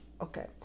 Okay